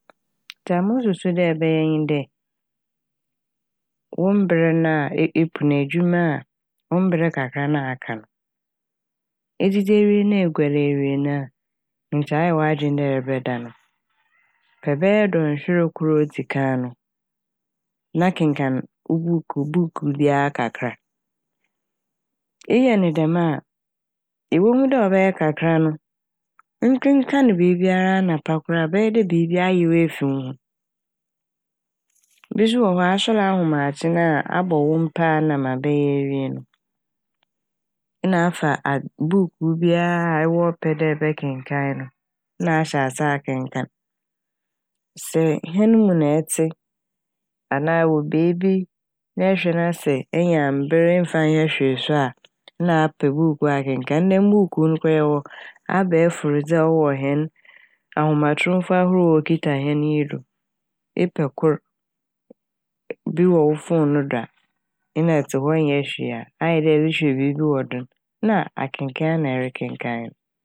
Dza mɔhwehwɛ dɛ ebɛyɛ nye dɛ wo mber na epon edwuma a wo mber kakra a aka no edzidzi ewie na eguar ewie na nkyɛ ayɛ w'adwen dɛ ɛrebɛda no pɛ bɛyɛ dɔnhwer kor a odzikan no na kenkaan wo buukuu buukuu biara kakra. Eyɛ no dɛm a ibohu dɛ ɔbɛyɛ kakra no nnkenkanee biibiara anapa koraa a ɔbɛyɛ dɛ biibi ayew efi wo ho. Bi so wɔ hɔ a asoɛr ahamakye na abɔ wo mpaa na ma ebɛwie no na afa ad- buukuu biara a ɛwɔ pɛ dɛ ebɛkenkan na ahyɛ ase dɛ ɛkenkaan. Sɛ hɛn mu na ɛtse anaa ɛwɔ beebi na ɛhwɛ na sɛ na enya mber na mmfa nnyɛ hwee so na apɛ buukuu akenkaan. Ndɛ buukuu mpo yɛwɔ abɛafor dze a ɔwowɔ hɛn ahomatrofo ahorow a okitsa hɛn yi dze do epɛ kor bi wɔ wo fone no do a na etse hɔ nnyɛ hwee a, ayɛ dɛ ɛrehwɛ biibi wɔ do n' na akenkaan ara na ɛrekenkaan n'.